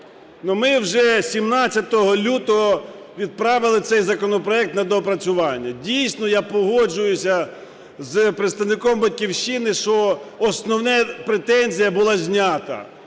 Ми вже 17 лютого відправили цей законопроект на доопрацювання. Дійсно, я погоджуюся з представником "Батьківщини", що основна претензія була знята,